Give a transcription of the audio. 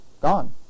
Gone